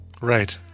Right